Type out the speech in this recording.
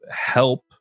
help